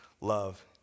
love